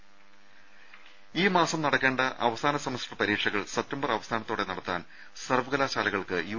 രുമ ഈ മാസം നടക്കേണ്ട അവസാന സെമസ്റ്റർ പരീക്ഷകൾ സെപ്തംബർ അവസാനത്തോടെ നടത്താൻ സർവകലാശാലകൾക്ക് യു